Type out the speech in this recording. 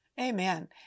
Amen